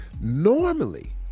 Normally